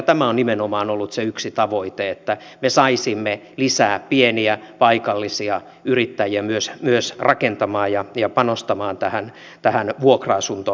tämä on nimenomaan ollut se yksi tavoite se että me saisimme lisää pieniä paikallisia yrittäjiä myös rakentamaan ja panostamaan tähän vuokra asuntotuotantoon